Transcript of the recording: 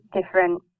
different